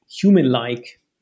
human-like